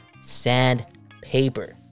sandpaper